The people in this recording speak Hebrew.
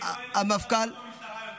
כאילו אין, במשטרה יותר.